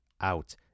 out